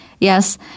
Yes